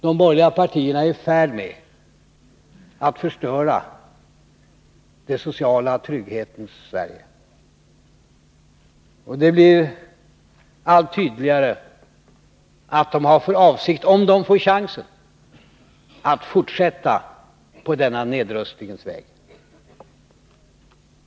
De borgerliga partierna är i färd med att förstöra den sociala tryggheten i Sverige. Det blir allt tydligare att de har för avsikt — om de får chansen — att fortsätta på denna nedrustningens väg.